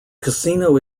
casino